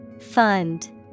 Fund